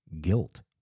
guilt